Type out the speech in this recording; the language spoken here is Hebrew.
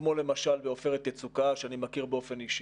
כמו למשל בעופרת יצוקה שאני מכיר באופן אישי.